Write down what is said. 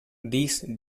these